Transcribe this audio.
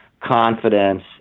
confidence